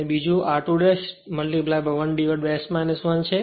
અને આ બીજું r2 1S 1 છે